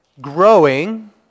Growing